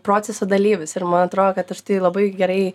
proceso dalyvis ir man atro kad aš tai labai gerai